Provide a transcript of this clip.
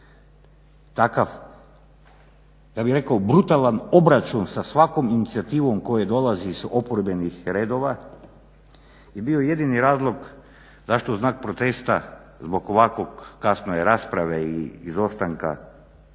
takav ja bih rekao brutalan obračun sa svakom inicijativom koja dolazi iz oporbenih redova je bio jedini razlog zašto u znak protesta zbog ovako kasne rasprave izostanka